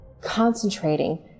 Concentrating